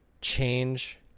change